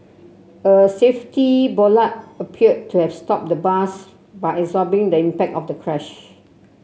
a safety bollard appeared to have stopped the bus by absorbing the impact of the crash